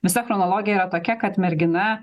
visa chronologija yra tokia kad mergina